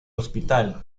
hospital